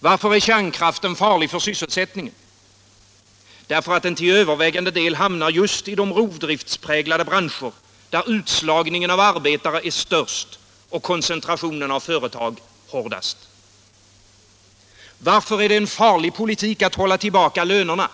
Varför är kärnkraften farlig för sysselsättningen? Därför att den till övervägande del hamnar just i de rovdriftspräglade branscher, där utslagningen av arbetare är störst och koncentrationen av företag hårdast. Varför är det en farlig politik att hålla tillbaka lönerna?